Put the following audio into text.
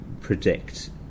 predict